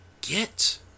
get